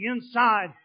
inside